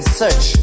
search